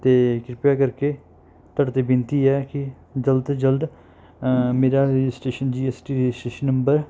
ਅਤੇ ਕਿਰਪਾ ਕਰਕੇ ਤੁਹਾਡੇ ਤੇ ਬੇਨਤੀ ਹੈ ਕਿ ਜਲਦ ਤੋਂ ਜਲਦ ਮੇਰਾ registration GST registration number